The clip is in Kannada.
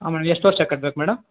ಹಾಂ ಮೇಡಮ್ ಎಷ್ಟು ವರ್ಷ ಕಟ್ಟಬೇಕು ಮೇಡಮ್